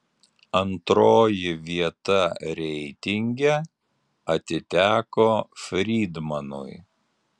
antroji vieta reitinge atiteko frydmanui